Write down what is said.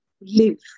live